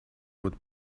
with